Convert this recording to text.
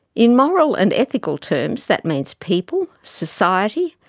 in moral and ethical terms, that means people, society,